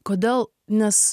kodėl nes